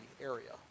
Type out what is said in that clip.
area